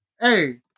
Hey